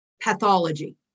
pathology